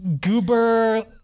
goober